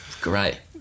great